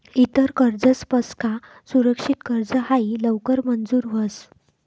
इतर कर्जसपक्सा सुरक्षित कर्ज हायी लवकर मंजूर व्हस